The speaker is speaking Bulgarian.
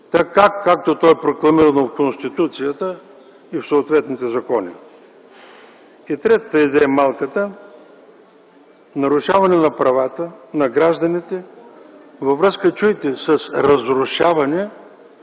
така както то е прокламирано в Конституцията и в съответните закони. И третата идея, малката – нарушаване на правата на гражданите във връзка – чуйте – с разрушаване